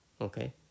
Okay